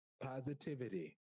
positivity